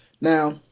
Now